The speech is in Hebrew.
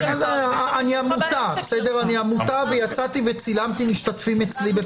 אני עמותה ויצאתי וצילמתי משתתפים אצלי.